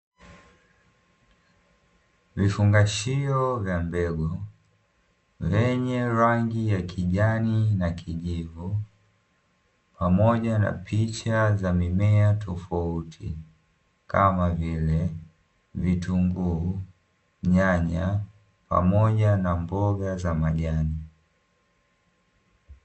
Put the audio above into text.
Vifungashio vya mbegu vyenye rangi ya kijani na kijivu pamoja na picha za mimea tofauti kama vile vitunguu, nyanya pamoja na mboga za majani.